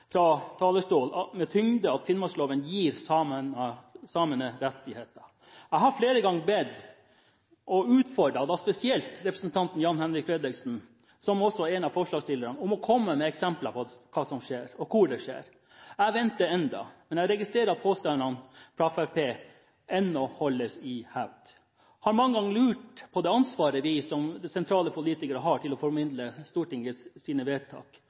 fra talerstolen at finnmarksloven gir samene rettigheter. Jeg har flere ganger utfordret spesielt representanten Jan-Henrik Fredriksen, som også er en av forslagsstillerne, og bedt ham om å komme med eksempler på hva som skjer, og hvor det skjer. Jeg venter ennå, men jeg registrerer at påstandene fra Fremskrittspartiet ennå holdes i hevd. Jeg har mange ganger lurt på det ansvaret vi som sentrale politikere har til å formidle Stortingets vedtak.